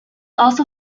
also